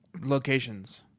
locations